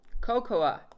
cocoa